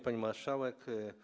Pani Marszałek!